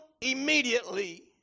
immediately